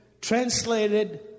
Translated